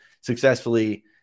successfully